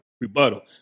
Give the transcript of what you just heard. rebuttal